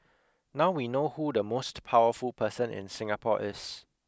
now we know who the most powerful person in Singapore is